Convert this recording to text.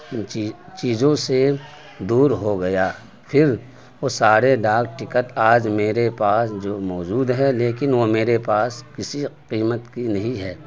ان چیز چیزوں سے دور ہو گیا پھر وہ سارے ڈاک ٹکٹ آج میرے پاس جو موجود ہے لیکن وہ میرے پاس کسی قیمت کی نہیں ہے